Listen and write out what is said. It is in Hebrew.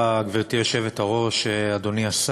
4610,